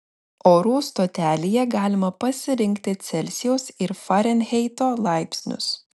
orų stotelėje galima pasirinkti celsijaus ir farenheito laipsnius